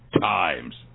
times